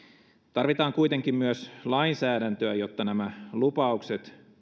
tarvitaan kuitenkin myös lainsäädäntöä jotta nämä lupaukset